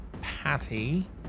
Patty